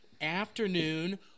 afternoon